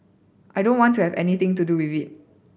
I don't want to have anything to do with it